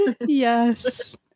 yes